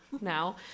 now